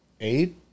Eight